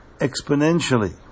exponentially